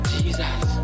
Jesus